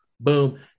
Boom